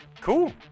Cool